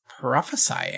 Prophesying